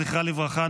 זכרה לברכה,